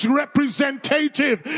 representative